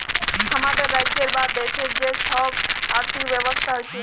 হামাদের রাজ্যের বা দ্যাশের যে সব আর্থিক ব্যবস্থা হচ্যে